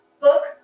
book